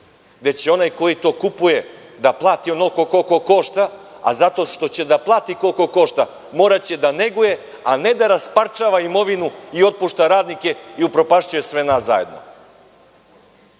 već i onaj koji to kupuje da plati onoliko koliko košta, a zato što će da plati koliko košta, moraće da neguje, a ne da rasparčava imovinu i otpušta radnike i upropašćuje sve nas zajedno. Dame